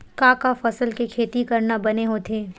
का का फसल के खेती करना बने होथे?